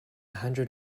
hundred